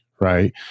right